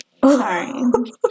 sorry